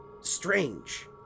strange